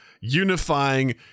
unifying